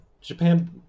Japan